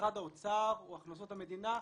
שמשרד האוצר או הכנסות המדינה,